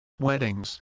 weddings